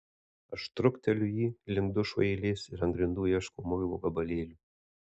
aš trukteliu jį link dušų eilės ir ant grindų ieškau muilo gabalėlių